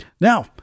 Now